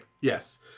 Yes